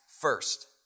first